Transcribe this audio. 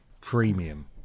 Premium